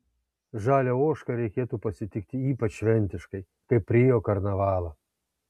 žalią ožką reikėtų pasitikti ypač šventiškai kaip rio karnavalą